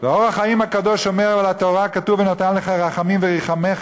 "אור החיים" הקדוש על התורה אומר: כתוב "ונתן לך רחמים ורחמך".